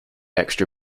extra